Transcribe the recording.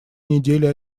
неделе